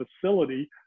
facility